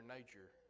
Nature